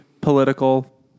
political